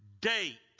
date